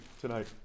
tonight